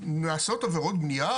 לעשות עבירות בנייה,